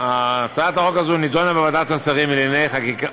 הצעת החוק הזאת נדונה בוועדת השרים לענייני חקיקה